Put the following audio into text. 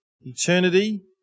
eternity